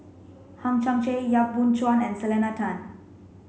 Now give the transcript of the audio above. Hang Chang Chieh Yap Boon Chuan and Selena Tan